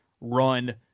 run